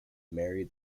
marry